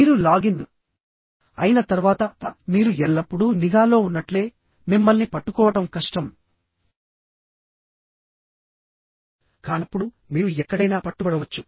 మీరు లాగిన్ అయిన తర్వాత మీరు ఎల్లప్పుడూ నిఘా లో ఉన్నట్లే మిమ్మల్ని పట్టుకోవడం కష్టం కానప్పుడు మీరు ఎక్కడైనా పట్టుబడవచ్చు